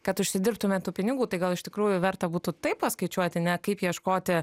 kad užsidirbtumėt tų pinigų tai gal iš tikrųjų verta būtų taip paskaičiuoti ne kaip ieškoti